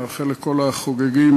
אני מאחל לכל החוגגים,